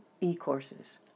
e-courses